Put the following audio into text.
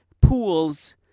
pools